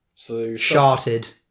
Sharted